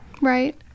Right